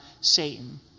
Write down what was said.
Satan